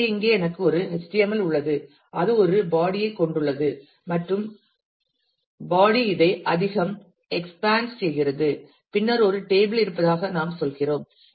எனவே இங்கே எனக்கு ஒரு HTML உள்ளது அது ஒரு பாடி ஐ கொண்டுள்ளது மற்றும் பாடி இதை அதிகம் எக்ஸ்பான்ஸ் செய்கிறது பின்னர் ஒரு டேபிள் இருப்பதாக நாம் சொல்கிறோம்